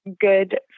Good